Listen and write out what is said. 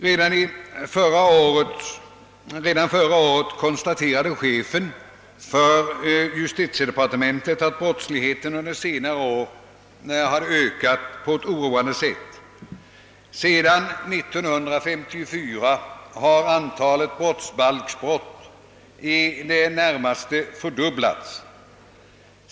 Redan första året konstaterade chefen för justitiedepartementet, att brottsligheten under senare år har ökat på ett oroväckande sätt. Sedan år 1954 har antalet brottsbalksbrott i det närmaste fördubblats.